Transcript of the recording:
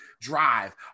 drive